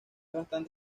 bastante